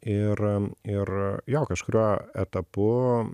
ir ir jo kažkuriuo etapu